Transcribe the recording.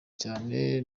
cyane